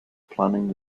planning